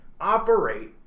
operate